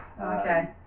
Okay